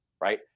right